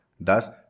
Thus